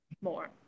more